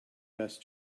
best